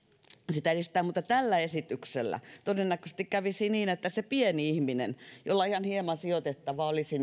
sitä edistää mutta tällä esityksellä todennäköisesti kävisi niin että sen pienen ihmisen jolla ihan hieman sijoitettavaa olisi